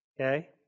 okay